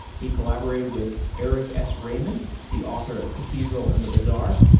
he collaborated with eric s. raymond, the author of cathedral and the bazaar,